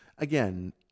again